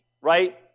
right